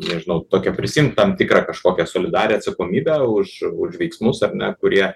nežinau tokią prisiimt tam tikrą kažkokią solidarią atsakomybę už už veiksmus ar ne kurie